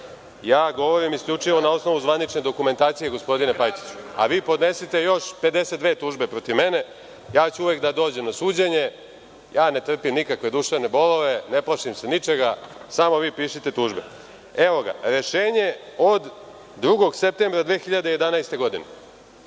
ja govorim isključivo na osnovu zvanične dokumentacije, gospodine Pajtiću, a vi podnesite još 52 tužbe protiv mene, uvek ću doći na suđenje, ne trpim nikakve duševne bolove, ne plašim se ničega, samo vi pišite tužbe. Evo ga, rešenje od 2. septembra 2011. godine. Što